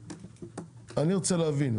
אני רוצה להבין,